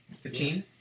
Fifteen